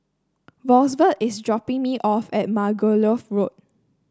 Rosevelt is dropping me off at Margoliouth Road